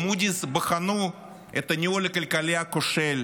ומודי'ס בחנו את הניהול הכלכלי הכושל,